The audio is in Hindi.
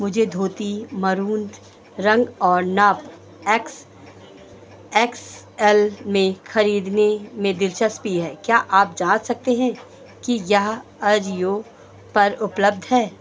मुझे धोती मरून रंग और नाप एक्स एक्स एल में खरीदने में दिलचस्पी है क्या आप जाँच सकते हैं कि यह ऑजियो पर उपलब्ध है